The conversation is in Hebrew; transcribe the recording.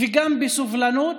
וגם בסובלנות,